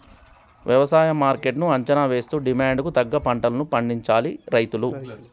వ్యవసాయ మార్కెట్ ను అంచనా వేస్తూ డిమాండ్ కు తగ్గ పంటలను పండించాలి రైతులు